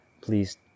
please